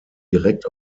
direkt